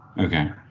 Okay